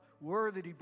worthy